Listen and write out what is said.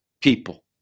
people